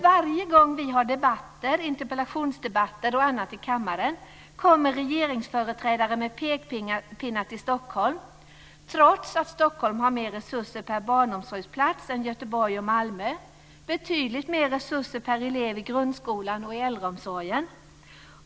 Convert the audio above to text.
Varje gång vi har debatter - interpellationsdebatter och annat i kammaren - kommer regeringsföreträdare med pekpinnar riktade mot Stockholm, trots att Stockholm har mer resurser per barnomsorgsplats än Göteborg och Malmö och betydligt mer resurser per elev i grundskolan och i äldreomsorgen.